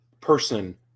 person